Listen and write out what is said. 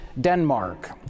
Denmark